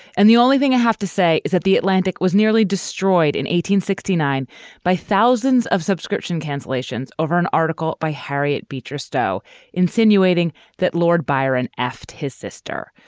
and the only thing i have to say is that the atlantic was nearly destroyed in sixty nine by thousands of subscription cancellations over an article by harriet beecher stowe insinuating that lord byron effed his sister.